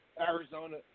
Arizona